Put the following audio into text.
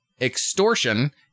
extortion